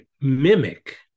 mimic